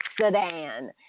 sedan